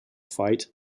fight